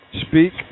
Speak